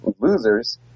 losers